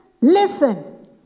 listen